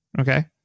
Okay